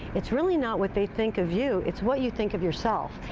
it's really not what they think of you, it's what you think of yourself.